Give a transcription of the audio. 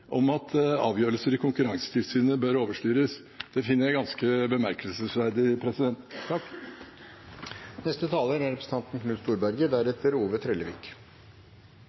om at avgjørelser i Konkurransetilsynet bør overstyres. Det finner jeg ganske bemerkelsesverdig.